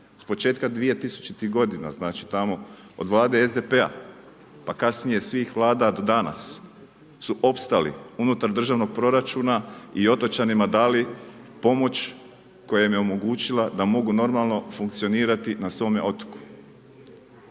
iz početka 2000.godina, znači tamo od vlade SDP-a pa kasnije svih vlada do danas su opstali unutar državnog proračuna i otočanima dali pomoć koja im je omogućila da mogu normalno funkcionirati na svome otoku.